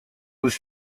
was